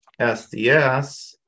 SDS